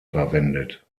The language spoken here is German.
verwendet